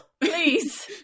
please